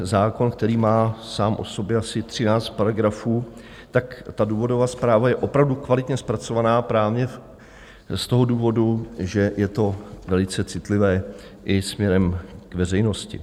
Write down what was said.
Zákon má sám o sobě asi třináct paragrafů, důvodová zpráva je opravdu kvalitně zpracovaná právě z toho důvodu, že je to velice citlivé i směrem k veřejnosti.